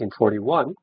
1941